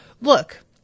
look